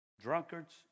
drunkards